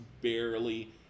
barely